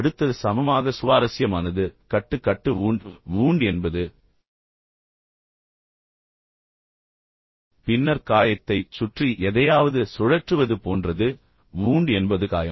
அடுத்தது சமமாக சுவாரஸ்யமானது கட்டு கட்டு வூண்ட் வூண்ட் என்பது பின்னர் காயத்தைச் சுற்றி எதையாவது சுழற்றுவது போன்றது வூண்ட் என்பது காயம்